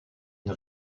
une